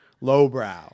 lowbrow